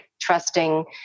Trusting